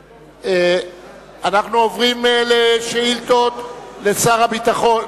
אנחנו עוברים לשאילתות לשר הביטחון,